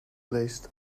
placed